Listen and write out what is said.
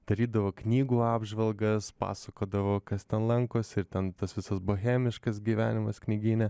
darydavo knygų apžvalgas pasakodavo kas ten lankosi ir ten tas visas bohemiškas gyvenimas knygyne